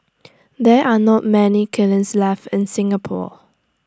there are not many kilns left in Singapore